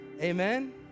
Amen